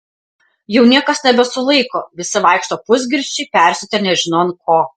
jau niekas nebesulaiko visi vaikšto pusgirčiai persiutę nežinia ant ko